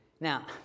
Now